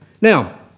Now